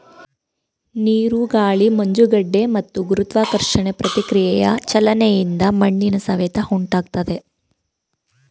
ನೀರು ಗಾಳಿ ಮಂಜುಗಡ್ಡೆ ಮತ್ತು ಗುರುತ್ವಾಕರ್ಷಣೆ ಪ್ರತಿಕ್ರಿಯೆಯ ಚಲನೆಯಿಂದ ಮಣ್ಣಿನ ಸವೆತ ಉಂಟಾಗ್ತದೆ